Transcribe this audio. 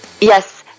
Yes